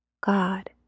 God